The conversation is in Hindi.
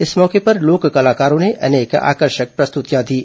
इस मौके पर लोक कलाकारों ने अनेक आकर्षक प्रस्तुतियां दीं